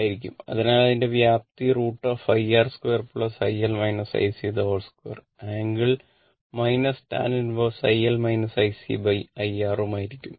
ആയിരിക്കും അതിനാൽ അതിന്റെ വ്യാപ്തി √ iR2 iR ഉം ആയിരിക്കും